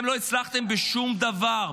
לא הצלחתם בשום דבר,